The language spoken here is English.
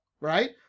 Right